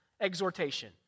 exhortation